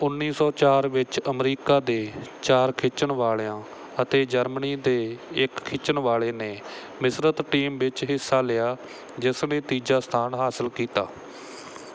ਉੱਨੀ ਸੌ ਚਾਰ ਵਿੱਚ ਅਮਰੀਕਾ ਦੇ ਚਾਰ ਖਿੱਚਣ ਵਾਲਿਆਂ ਅਤੇ ਜਰਮਨੀ ਦੇ ਇੱਕ ਖਿੱਚਣ ਵਾਲੇ ਨੇ ਮਿਸ਼ਰਤ ਟੀਮ ਵਿੱਚ ਹਿੱਸਾ ਲਿਆ ਜਿਸ ਨੇ ਤੀਜਾ ਸਥਾਨ ਹਾਸਲ ਕੀਤਾ